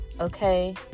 okay